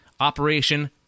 Operation